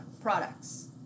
products